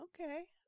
Okay